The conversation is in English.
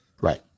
Right